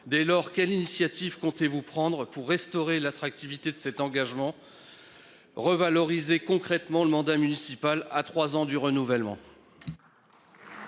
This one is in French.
Dès lors, quelles initiatives comptez-vous prendre pour restaurer l'attractivité de cet engagement. Revaloriser concrètement le mandat municipal à trois ans du renouvellement.